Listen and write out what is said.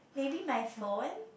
maybe my phone